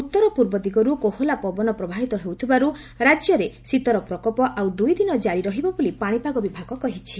ଉଉଉ ପୂର୍ବ ଦିଗରୁ କୋହଲା ପବନ ପ୍ରବାହିତ ହେଉଥିବାରୁ ରାକ୍ୟରେ ଶୀତର ପ୍ରକୋପ ଆଉ ଦୁଇ ଦିନ ଜାରି ରହିବ ବୋଲି ପାଶିପାଗ ବିଭାଗ କହିଛି